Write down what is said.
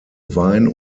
wein